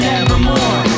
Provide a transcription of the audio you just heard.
Nevermore